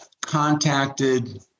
contacted